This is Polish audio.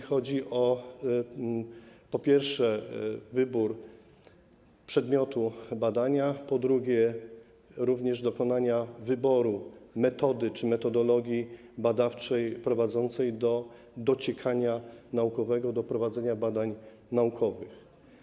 Chodzi, po pierwsze, o wybór przedmiotu badania, po drugie, o wybór metody czy metodologii badawczej prowadzącej do dociekania naukowego, do prowadzenia badań naukowych.